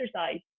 exercise